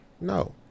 No